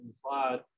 slide